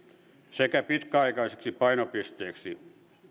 sekä pitkäaikaiseksi painopisteeksi